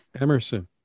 Emerson